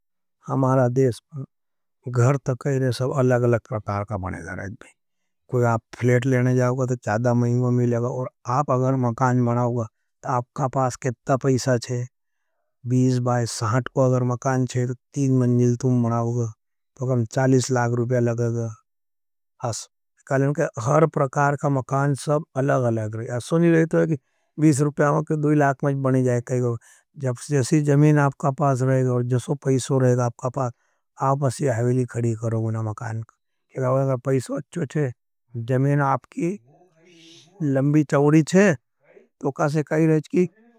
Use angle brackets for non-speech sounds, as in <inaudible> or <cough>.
हमारा देश, घर तो कहीरे सब अलग-अलग प्रकार का बने जा रहे हैं। कोई आप फ्लेट लेने जाओगा तो चादा मैंग में लेगा। और आप अगर मकान बनाओगा, तो आपका पास कित्ता पैसा छे, बीस बाईस साठ को अगर मकान चेहे, तो तीन मंझिल तो मनाओगा, तो कम चालीस लाग रुपया लगता है। हर प्रकार का मकान सब अलग-अलग रहे हैं। असो नहीं रहते हैं कि बीस रुपया में, कि दो लाग में जाएं। जब जैसे जमीन आपका पास रहे हैं, जब जैसे पैसो रहे हैं आपका पास, आप असे हवेली खड़ी करो गुणा मकान करो। <noise> इसलिए पैसो अच्छो थे, जमीन आपकी, लंबी चोड़ी थे, <noise> तो कासे कही रहें की?